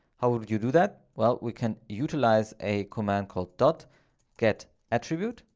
how would you do that? well, we can utilize a command called dot get attribute.